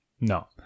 No